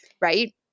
Right